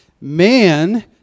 Man